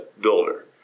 builder